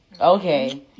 okay